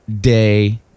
day